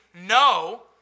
no